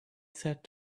said